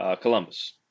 Columbus